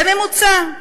בממוצע.